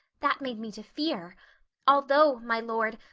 that made me to fear although, my lord,